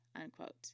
unquote